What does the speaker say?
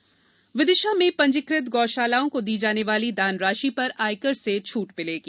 गौशाला छट विदिशा में पंजीकृत गौशालाओं को दी जाने वाली दान राशि पर आयकर से छुट मिलेगी